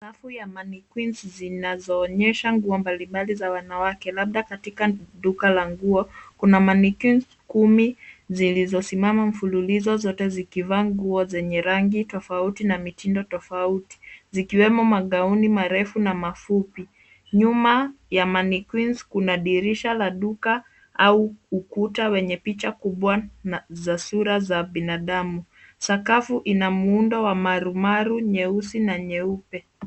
Rafu ya mannequins zinazoonyesha nguo mbalimbali za wanawake labda katika duka la nguo. Kuna mannequins kumi zilizosimama mfululizo zote zikivaa nguo zenye rangi tofauti na mitindo tofauti zikiwemo mangaoni marefu na mafupi. Nyuma ya mannequins kuna dirisha la duka au ukuta wenye picha kubwa na za sura za binadamu. Sakafu ina muundo wa marumaru nyeusi na nyeupe.